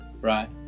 right